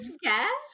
guest